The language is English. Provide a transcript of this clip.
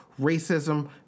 racism